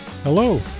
Hello